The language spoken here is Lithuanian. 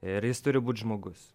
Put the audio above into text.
ir jis turi būt žmogus